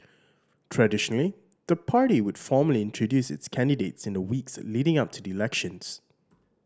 traditionally the party would formally introduce its candidates in the weeks leading up to the elections